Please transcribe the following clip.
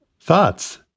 Thoughts